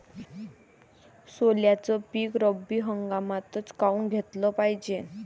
सोल्याचं पीक रब्बी हंगामातच काऊन घेतलं जाते?